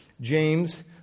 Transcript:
James